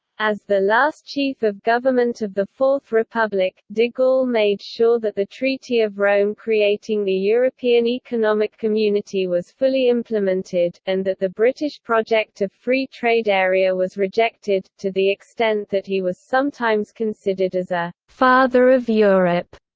as the last chief of government of the fourth republic, de gaulle made sure that the treaty of rome creating the european economic community was fully implemented, and that the british project of free trade area was rejected, to the extent that he was sometimes considered as a father of europe